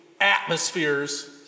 atmospheres